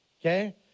Okay